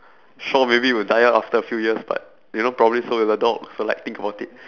so maybe we'll die after a few years but you know probably so will the dog so like think about it